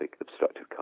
obstructive